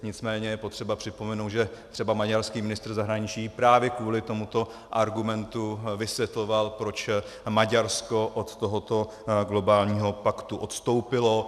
Nicméně je potřeba připomenout, že třeba maďarský ministr zahraničí právě kvůli tomuto argumentu vysvětloval, proč Maďarsko od tohoto globálního paktu odstoupilo.